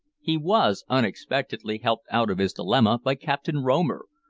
he was unexpectedly helped out of his dilemma by captain romer,